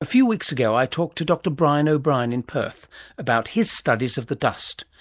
a few weeks ago i talked to dr brian o'brien in perth about his studies of the dust,